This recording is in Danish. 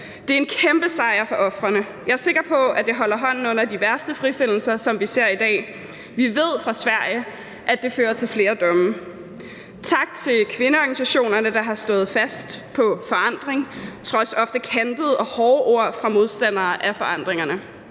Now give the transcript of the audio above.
Det er en kæmpesejr for ofrene. Jeg er sikker på, at det holder hånden under de værste frifindelser, som vi ser i dag. Vi ved fra Sverige, at det fører til flere domme. Tak til kvindeorganisationerne, der har stået fast på forandring – trods ofte kantede og hårde ord fra modstandere af forandringerne.